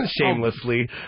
shamelessly